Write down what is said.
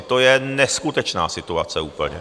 To je neskutečná situace úplně!